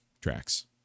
tracks